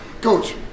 coach